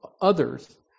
others